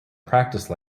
practice